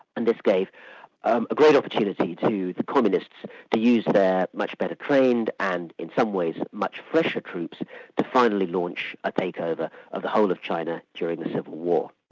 and this gave a great opportunity to the communists to use their much better trained and in some ways much fresher troops to finally launch a takeover of the whole of china during the civil war.